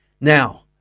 Now